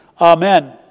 Amen